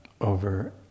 over